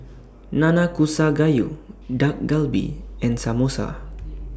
Nanakusa Gayu Dak Galbi and Samosa